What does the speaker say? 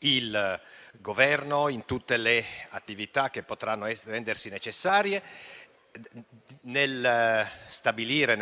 il Governo in tutte le attività che potranno rendersi necessarie, nel